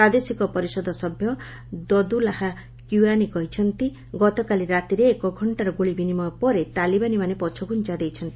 ପ୍ରାଦେଶିକ ପରିଷଦ ସଭ୍ୟ ଦଦୁଲାହା କ୍ୟୁଆନି କହିଛନ୍ତି ଗତକାଲି ରାତିରେ ଏକ ଘକ୍ଷାର ଗୁଳି ବିନିମୟ ପରେ ତାଲିବାନୀମାନେ ପଛଘୁଞ୍ଜା ଦେଇଛନ୍ତି